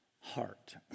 heart